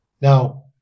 now